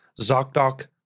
ZocDoc